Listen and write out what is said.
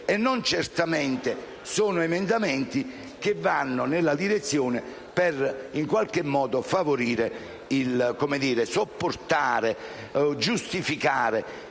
certamente di emendamenti che vanno nella direzione di favorire o di sopportare e giustificare